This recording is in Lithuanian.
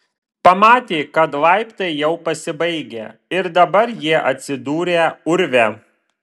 pamatė kad laiptai jau pasibaigę ir dabar jie atsidūrę urve